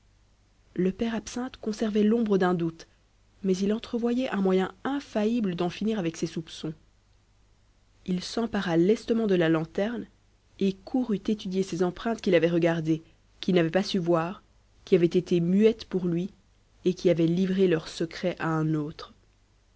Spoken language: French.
le père absinthe conservait l'ombre d'un doute mais il entrevoyait un moyen infaillible d'en finir avec ses soupçons il s'empara lestement de la lanterne et courut étudier ces empreintes qu'il avait regardées qu'il n'avait pas su voir qui avaient été muettes pour lui et qui avaient livré leur secret à un autre